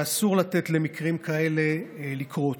ואסור לתת למקרים כאלה לקרות.